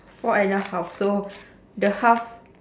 four and a half so the half